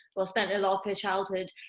well spent a lot of her childhood,